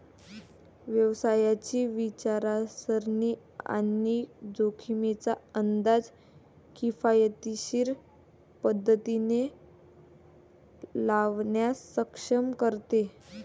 व्यवसायाची विचारसरणी आणि जोखमींचा अंदाज किफायतशीर पद्धतीने लावण्यास सक्षम करते